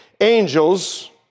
angels